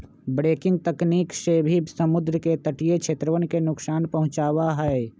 breaking तकनीक से भी समुद्र के तटीय क्षेत्रवन के नुकसान पहुंचावा हई